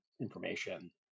information